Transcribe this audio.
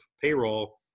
payroll